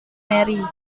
mary